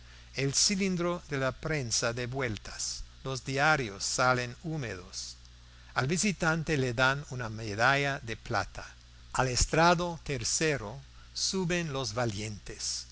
el cilindro de la prensa da vueltas los diarios salen húmedos al visitante le dan una medalla de plata al estrado tercero suben los valientes